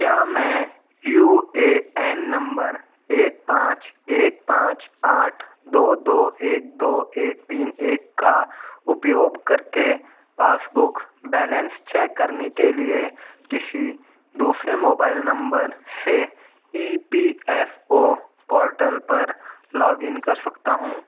क्या मैं U A N number एक पाँच एक पाँच आठ दो दो एक दो एक तीन एक का उपयोग करके पासबुक बैलेंस चैक करने के लिए किसी दूसरे मोबाइल नंबर से E P F O portal पर लॉगिन कर सकता हूँ